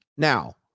Now